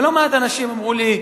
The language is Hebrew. לא מעט אנשים אמרו לי: